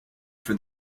for